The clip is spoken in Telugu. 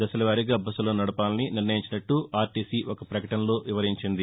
దశల వారీగా బస్సులను నడపాలని నిర్ణయించినట్ల ఆర్టీసీ ఒక పకటనలో వివరించింది